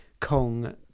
Kong